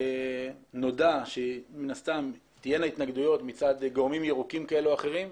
נודע שמן הסתם תהיינה התנגדויות מצד גורמים ירוקים כאלו או אחרים.